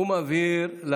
הוא מבהיר.